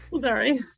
sorry